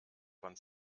von